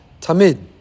Tamid